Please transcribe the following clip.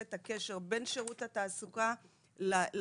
את הקשר בין שירות התעסוקה למיזם,